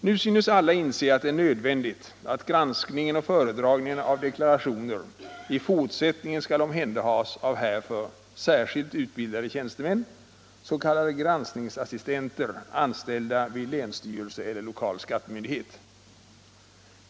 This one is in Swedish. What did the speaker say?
Nu synes alla inse att det är nödvändigt att granskningen och föredragningen av deklarationer i fortsättningen skall omhänderhas av härför särskilt utbildade tjänstemän, s.k. granskningsassistenter, anställda vid länsstyrelse eller lokal skattemyndighet.